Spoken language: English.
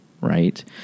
right